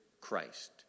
Christ